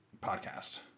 podcast